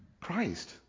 Christ